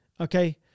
okay